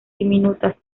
diminutas